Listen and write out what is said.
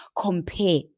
compare